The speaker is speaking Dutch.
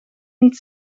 niet